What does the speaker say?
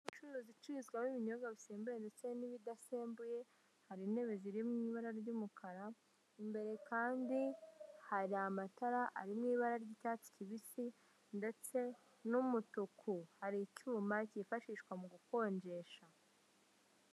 Icuruza icururizwamo ibinyobwa bisembuye ndetse n'ibidasembuye hari intebe ziri mu ibara ry'umukara, imbere kandi hari amatara ari mu ibara ry'icyatsi kibisi, ndetse n'umutuku, hari icyuma kifashishwa mu gukonjesha.